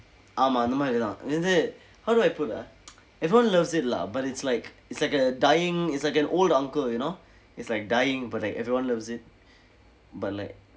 ஆமாம் அந்த மாதிரி தான் என்னது:aamaam andtha maathiri thaan ennathu how do I put ah everyone loves it lah but it's like it's like a dying it's like an old uncle you know it's like dying but like everyone loves it but like